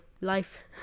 life